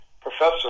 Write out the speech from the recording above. professor